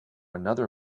another